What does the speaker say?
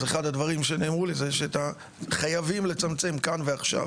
אז אחד הדברים שנאמרו לי זה שחייבים לצמצם כאן ועכשיו.